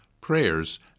prayers